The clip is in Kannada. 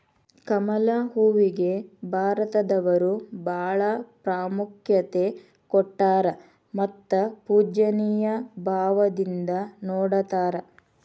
ಕಮಲ ಹೂವಿಗೆ ಭಾರತದವರು ಬಾಳ ಪ್ರಾಮುಖ್ಯತೆ ಕೊಟ್ಟಾರ ಮತ್ತ ಪೂಜ್ಯನಿಯ ಭಾವದಿಂದ ನೊಡತಾರ